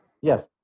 Yes